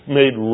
made